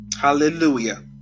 Hallelujah